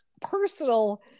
personal